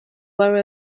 borough